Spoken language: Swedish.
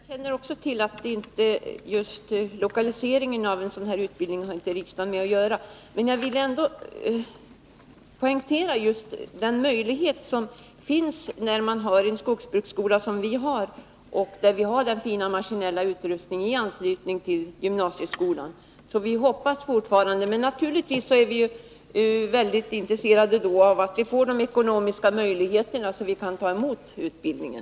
Herr talman! Också jag känner till att riksdagen inte har med lokaliseringen av en sådan här utbildning att göra. Men jag vill ändå poängtera just den möjlighet som finns när man, som här är fallet, har en skogsbruksskola med fin maskinell utrustning i anslutning till gymnasieskolan. Vi hoppas fortfarande. Naturligtvis är vi väldigt intresserade av att få de ekonomiska förutsättningarna för att ta emot utbildningen.